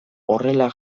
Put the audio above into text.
horrela